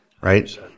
right